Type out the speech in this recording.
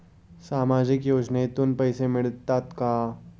सामाजिक योजनेतून पैसे मिळतात का?